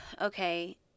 okay